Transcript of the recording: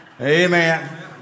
amen